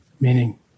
meaning